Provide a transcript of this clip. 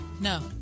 No